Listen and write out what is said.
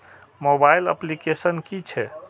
Mobile application कि छै?